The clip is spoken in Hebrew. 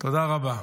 תודה רבה.